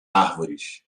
árvores